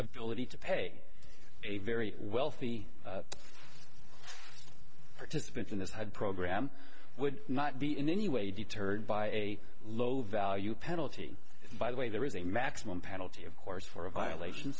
ability to pay a very wealthy participant in this had program would not be in any way deterred by a low value penalty by the way there is a maximum penalty of course for a violation